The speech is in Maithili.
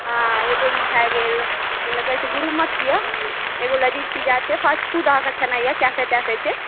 आ एगो ई भए गेल जे ने कहैत छै गुरुमत यऽ एगो लजीज पिज्जा छै फास्ट फ़ूड अहाँकेँ खेनाइ अछि कैफे तैफे छै